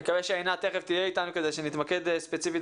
אני מקווה שעינת תיכף תהיה איתנו כדי שנתמקד ספציפית